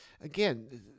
again